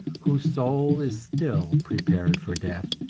whose soul is still prepared for death,